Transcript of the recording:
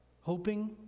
Hoping